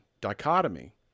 dichotomy